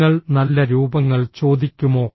നിങ്ങൾ നല്ല രൂപങ്ങൾ ചോദിക്കുമോ